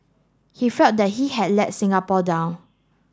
he felt that he had let Singapore down